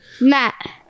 Matt